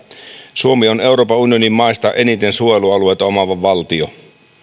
suomi on euroopan unionin maista eniten suojelualueita omaava valtio ja